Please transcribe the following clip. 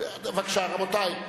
בבקשה, רבותי.